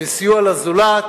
וסיוע לזולת,